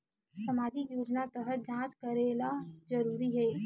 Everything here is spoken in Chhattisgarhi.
सामजिक योजना तहत जांच करेला जरूरी हे